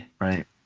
Right